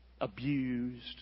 abused